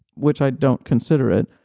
which i don't consider it,